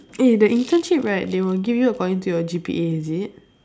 eh the internship right they will give you according to your G_P_A is it